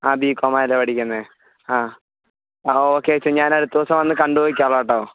ആ B com ആണല്ലേ പഠിക്കുന്നത് ആ ആ ഓക്കെ ചേച്ചി ഞാൻ അടുത്ത ദിവസം വന്ന് കണ്ടു നോക്കിക്കോളാം കേട്ടോ